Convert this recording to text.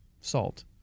salt